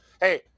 hey